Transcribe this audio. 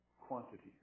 quantity